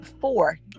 four